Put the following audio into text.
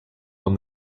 will